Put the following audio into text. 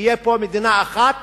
תהיה פה מדינה אחת